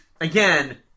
again